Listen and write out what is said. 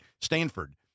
Stanford